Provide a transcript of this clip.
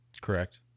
Correct